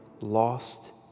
lost